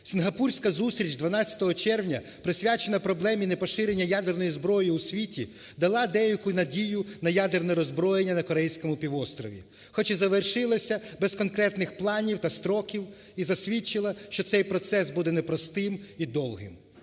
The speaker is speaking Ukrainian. Сінгапурська зустріч 12 червня, присвячена проблемі непоширення ядерної зброї у світі, дала деяку надію на ядерне роззброєння на Корейському півострові, хоч і завершилася без конкретних планів та строків і засвідчила, що цей процес буде непростим і довгим.